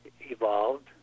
evolved